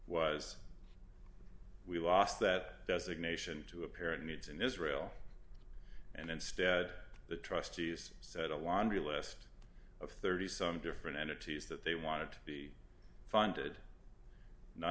was we lost that designation to apparent needs in israel and instead the trustees said a laundry list of thirty some different entities that they wanted to be funded none